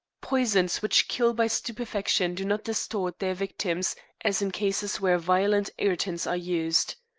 poisons which kill by stupefaction do not distort their victims as in cases where violent irritants are used.